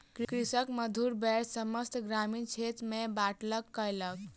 कृषक मधुर बेर समस्त ग्रामीण क्षेत्र में बाँटलक कयलक